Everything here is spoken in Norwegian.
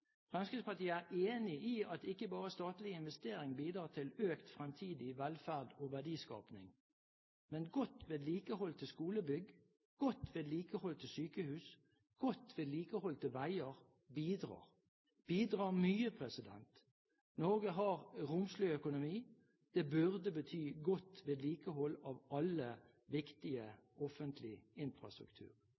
Fremskrittspartiet er enig i at ikke bare statlige investeringer bidrar til økt fremtidig velferd og verdiskaping. Men godt vedlikeholdte skolebygg, godt vedlikeholdte sykehus og godt vedlikeholdte veier bidrar – bidrar mye. Norge har romslig økonomi. Det burde bety godt vedlikehold av all viktig offentlig infrastruktur.